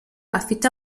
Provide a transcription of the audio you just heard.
afite